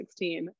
2016